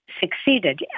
succeeded